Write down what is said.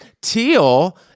Teal